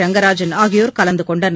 ரெங்கராஜன் ஆகியோர் கலந்து கொண்டனர்